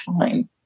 time